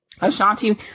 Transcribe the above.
Ashanti